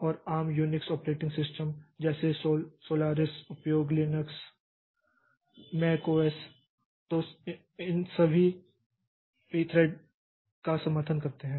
और आम Unix operating system जैसे Solaris Linux Mac OS X तो सभी इस Pthread का समर्थन करते हैं